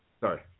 Sorry